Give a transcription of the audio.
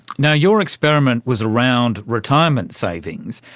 you know your experiment was around retirement savings.